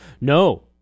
No